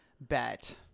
bet